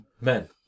men